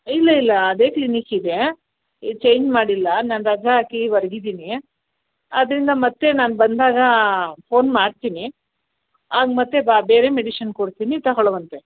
ಇಲ್ಲ ಇಲ್ಲ ಅದೇ ಕ್ಲಿನಿಕಿದೆ ಚೇಂಜ್ ಮಾಡಿಲ್ಲ ನಾನು ರಜೆ ಹಾಕಿ ಹೊರ್ಗ್ ಇದ್ದೀನಿ ಆದ್ದರಿಂದ ಮತ್ತೆ ನಾನು ಬಂದಾಗ ಫೋನ್ ಮಾಡ್ತೀನಿ ಆಗ ಮತ್ತೆ ಬಾ ಬೇರೆ ಮೆಡಿಶಿನ್ ಕೊಡ್ತೀನಿ ತಗೊಳ್ಳುವಂತೆ